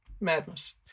madness